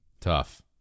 Tough